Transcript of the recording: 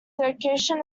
location